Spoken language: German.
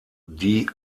die